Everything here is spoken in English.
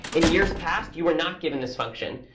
in years past, you were not given this function.